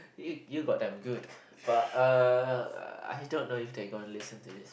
you you got them good but uh I don't know if they gonna listen to this